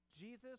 Jesus